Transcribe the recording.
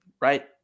right